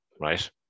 right